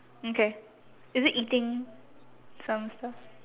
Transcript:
okay is it eating some stuff